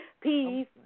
Peace